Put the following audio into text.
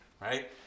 right